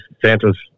Santa's